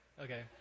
Okay